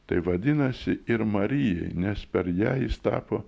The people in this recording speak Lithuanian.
tai vadinasi ir marijai nes per ją jis tapo